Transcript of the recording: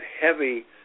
heavy